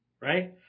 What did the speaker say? right